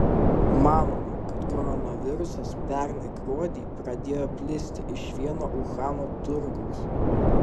manoma kad koronavirusas pernai gruodį pradėjo plisti iš vieno uhano turgaus